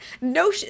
no